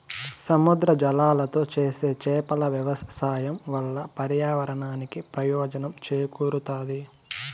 సముద్ర జలాలతో చేసే చేపల వ్యవసాయం వల్ల పర్యావరణానికి ప్రయోజనం చేకూరుతాది